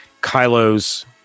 Kylo's